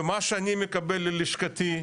ומה שאני מקבל ללשכתי,